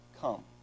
come